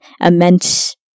immense